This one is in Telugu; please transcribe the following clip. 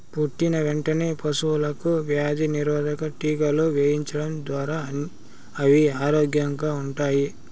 పుట్టిన వెంటనే పశువులకు వ్యాధి నిరోధక టీకాలు వేయించడం ద్వారా అవి ఆరోగ్యంగా ఉంటాయి